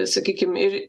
sakykim ir